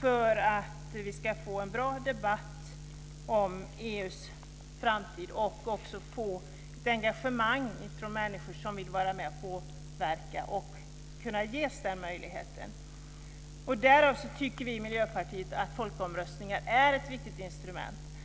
för att det ska bli en bra debatt om EU:s framtid och få ett engagemang bland människor som vill vara med och verka. Vi i Miljöpartiet tycker att folkomröstning är ett viktigt instrument.